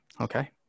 Okay